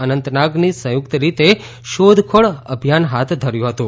અનંતનાગની સંયુક્ત રીતે શોધખોળ અભિયાન હાથ ધર્યું હતું